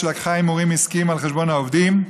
שלקחה הימורים עסקיים על חשבון העובדים,